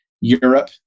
Europe